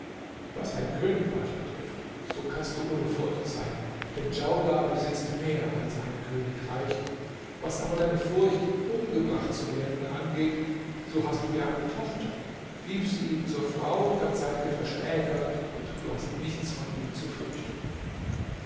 was dein königreich betrifft so kannst du ohne furcht sein denn djaudar besitzt mehr als ein königreich was aber deine furcht umgebracht zu werden angeht so hast du ja eine tochter gib sie ihm zur frau dann seid ihr verschwägert und du hast nichts von ihm zu fürchten